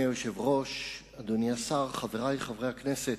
אדוני היושב-ראש, אדוני השר, חברי חברי הכנסת,